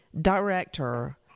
director